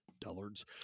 dullards